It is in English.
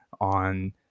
on